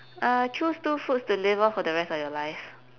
uh choose two foods to live off for the rest of your life